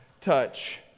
touch